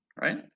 right